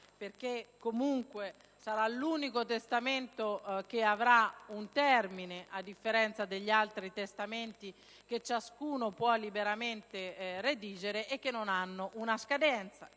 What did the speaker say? perché comunque sarà l'unico testamento che avrà un termine, a differenza degli altri testamenti che ciascuno può liberamente redigere e che non hanno scadenza;